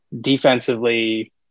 defensively